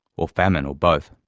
or famine, or both.